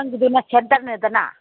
ꯅꯪꯒꯤꯗꯨꯅ ꯁꯦꯟꯇꯔꯅꯤꯗꯅ